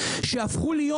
שהפכו להיות,